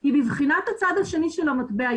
היא בבחינת הצד השני של המטבע.